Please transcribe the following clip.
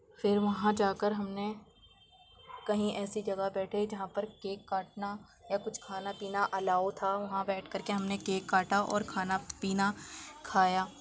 پھر وہاں جاکر ہم نے کہیں ایسی جگہ بیٹھے جہاں پر کیک کاٹنا یا کچھ کھانا پینا الاؤ تھا وہاں بیٹھ کر کے ہم نے کیک کاٹا اور کھانا پینا کھایا